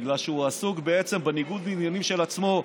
בגלל שהוא עסוק בעצם בניגוד העניינים של עצמו,